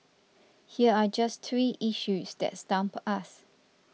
here are just three issues that stump us